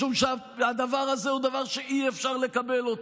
משום שהדבר הזה הוא דבר שאי-אפשר לקבל אותו.